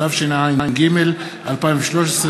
התשע"ג 2013,